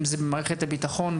אם זה במערכת הביטחון,